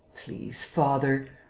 please, father.